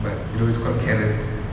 but you know it's called karen